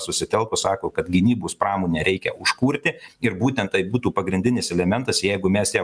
susitelkus sako kad gynybos pramonę reikia užkurti ir būtent tai būtų pagrindinis elementas jeigu mes ją